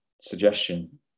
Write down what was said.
suggestion